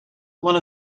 one